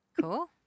Cool